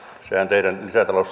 teidän